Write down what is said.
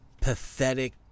pathetic